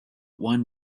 one